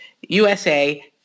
USA